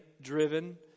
driven